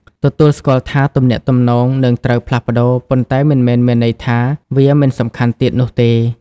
ទទួលស្គាល់ថាទំនាក់ទំនងនឹងត្រូវផ្លាស់ប្តូរ ប៉ុន្តែមិនមែនមានន័យថាវាមិនសំខាន់ទៀតនោះទេ។